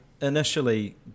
initially